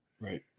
Right